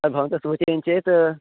त भवन्तः सूचयन्ति चेत्